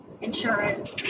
insurance